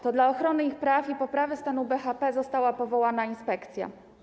To dla ochrony ich praw i poprawy stanu BHP została powołana inspekcja.